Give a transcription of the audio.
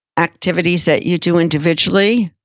activities that you do individually.